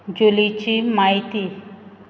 जुलीची म्हायती